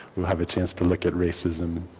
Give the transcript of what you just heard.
we'll have a chance to look at racism.